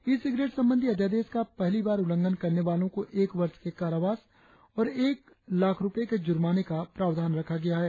ई cigarette संबंधी अध्यादेश का पहली बार उल्लंघन करने वालों को एक वर्ष के कारावास और एक लाख़ रुपए के जुर्माने का प्रावधान रखा गया है